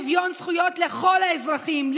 שוויון זכויות לכל האזרחים,